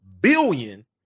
billion